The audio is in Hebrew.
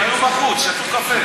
הם היו בחוץ, שתו קפה.